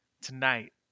tonight